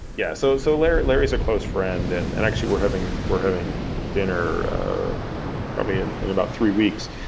yeah so so larry's larry's a close friend, and and actually we're having we're having dinner probably in in about three weeks.